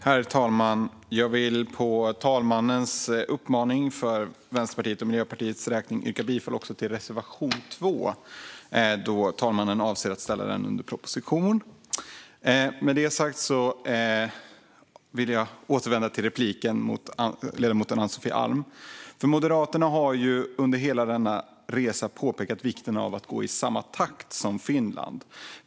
Herr talman! Jag vill, på talmannens uppmaning, för Vänsterpartiets och Miljöpartiets räkning yrka bifall också till reservation 2, så att talmannen ställer proposition på yrkandet. Med det sagt vill jag återvända till repliken på ledamoten Ann-Sofie Alms anförande. Moderaterna har under hela denna resa påpekat vikten av att gå i samma takt som Finland.